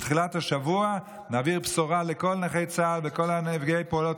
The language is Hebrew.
בתחילת השבוע נעביר בשורה לכל נכי צה"ל ולכל נפגעי פעולות